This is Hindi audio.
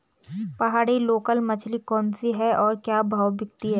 पहाड़ी लोकल मछली कौन सी है और क्या भाव बिकती है?